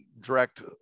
direct